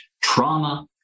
trauma